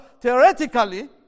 theoretically